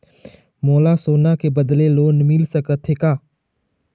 मोला सोना के बदले लोन मिल सकथे का?